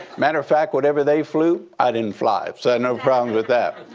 matter of fact, whatever they flew, i didn't fly. so i had no problems with that.